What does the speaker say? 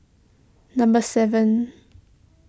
number seven